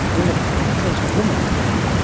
all about the first woman, we think,